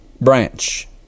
branch